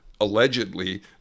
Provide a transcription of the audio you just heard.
allegedly